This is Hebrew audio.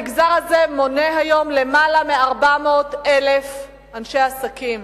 המגזר הזה מונה היום למעלה מ-400,000 אנשי עסקים,